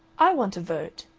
i want a vote,